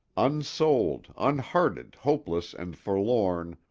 unsouled, unhearted, hopeless and forlorn,